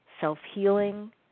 self-healing